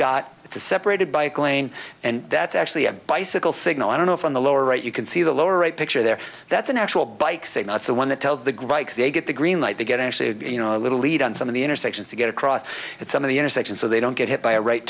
a separated bike lane and that's actually a bicycle signal i don't know if on the lower right you can see the lower right picture there that's an actual bike saying that's the one that tells the graphics they get the green light they get actually you know a little lead on some of the intersections to get across at some of the intersections so they don't get hit by a ri